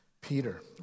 Peter